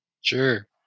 Sure